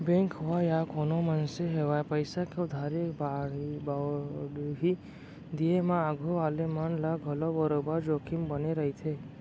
bank होवय या कोनों मनसे होवय पइसा के उधारी बाड़ही दिये म आघू वाले मन ल घलौ बरोबर जोखिम बने रइथे